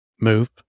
move